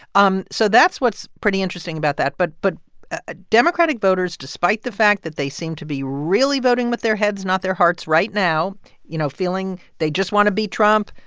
um so that's what's pretty interesting about that but but ah democratic voters, despite the fact that they seem to be really voting with their heads, not their hearts right now you know, feeling they just want to beat trump.